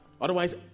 Otherwise